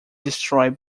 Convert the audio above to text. destroyed